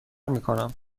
میکنم